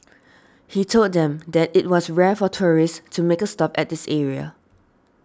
he told them that it was rare for tourists to make a stop at this area